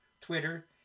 Twitter